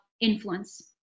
influence